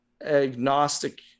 agnostic